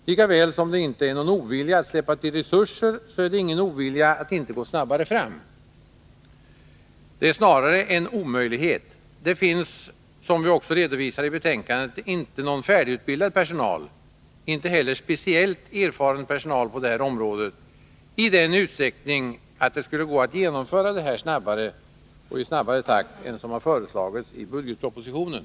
Lika väl som det inte finns någon ovilja mot att släppa till resurser, finns det heller ingen ovilja mot att gå snabbare fram. Det är snarare en omöjlighet. Det finns, som vi också redovisar i betänkandet, inte någon färdigutbildad personal, inte heller någon speciellt erfaren personal på det här området i sådan utsträckning att det skulle gå att genonomföra detta i snabbare takt än som föreslagits i budgetpropositionen.